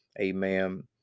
amen